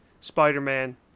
Spider-Man